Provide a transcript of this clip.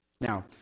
Now